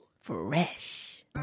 Fresh